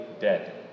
dead